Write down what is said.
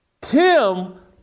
Tim